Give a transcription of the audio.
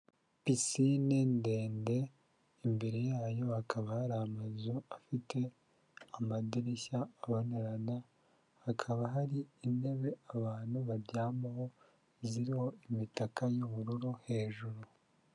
Pisine ndende, imbere yayo hakaba hari amazu afite amadirishya abonerana, hakaba hari intebe abantu baryamaho, ziriho imitaka y'ubururu hejuru.